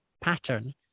pattern